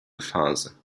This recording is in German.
phase